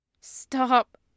Stop